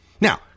Now